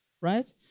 Right